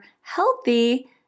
healthy